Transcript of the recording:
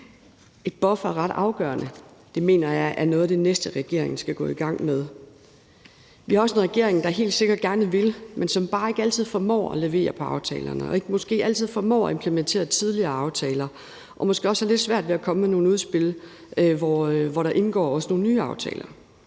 En buffer er ret afgørende. Det mener jeg er noget af det næste, regeringen skal gå i gang med. Vi har også en regering, der helt sikkert gerne vil, men som bare ikke altid formår at levere på aftalerne og måske ikke altid formår at implementere tidligere aftaler og måske også har lidt svært ved at komme med nogle udspil og indgå nogle nye aftaler.